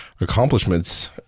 accomplishments